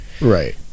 Right